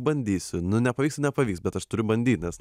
bandysiu nu nepavyks tai nepavyks bet aš turiu bandyti nes